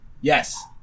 Yes